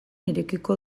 irekiko